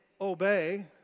Obey